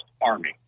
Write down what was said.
Army